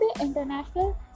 International